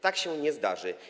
Tak się nie zdarzy.